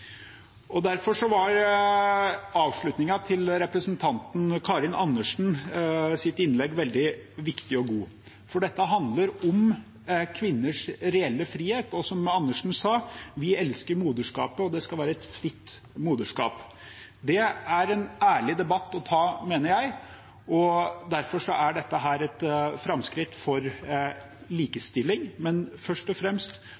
Derfor var avslutningen til representanten Karin Andersens innlegg veldig viktig og god, for dette handler om kvinners reelle frihet. Som representanten Andersen sa: Vi elsker moderskapet, og det skal være et fritt moderskap. Det er en ærlig debatt å ta, mener jeg. Derfor er dette et framskritt for likestilling, men først og fremst